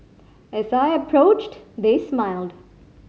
as I approached they smiled